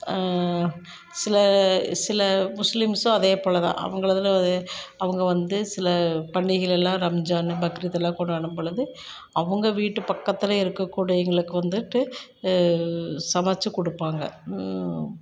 சில சில முஸ்லிம்ஸும் அதேபோல் தான் அவங்க இதில் அவங்க வந்து சில பண்டிகைகள் எல்லாம் ரம்ஜான் பக்ரீத்தெல்லாம் கொண்டாடும் பொழுது அவங்க வீட்டு பக்கத்துல இருக்கக்கூடியங்களுக்கு வந்துவிட்டு சமைச்சு கொடுப்பாங்க